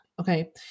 Okay